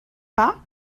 pas